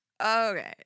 Okay